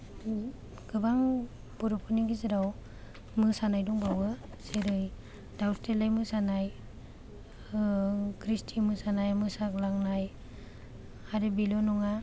गोबां बर'फोरनि गेजेराव मोसानाय दंबावो जेरै दावस्रि देलाय मोसानाय ख्रिष्ति मोसानाय मोसाग्लांनाय आरो बेल' नङा